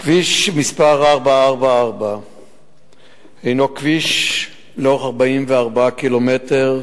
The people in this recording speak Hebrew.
כביש מס' 444 הינו כביש של 44 קילומטר,